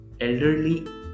elderly